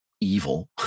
evil